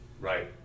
Right